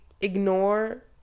ignore